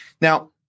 Now